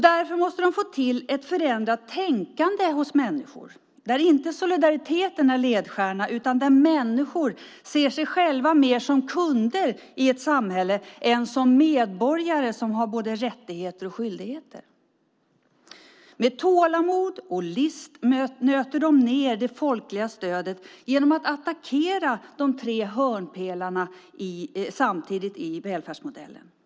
Därför måste de få till ett förändrat tänkande hos människor, där det inte är solidariteten som är ledstjärna utan där människor ser sig själva mer som kunder i ett samhälle än som medborgare som har både rättigheter och skyldigheter. Med tålamod och list nöter de ned det folkliga stödet genom att attackera de tre hörnpelarna i välfärdsmodellen samtidigt.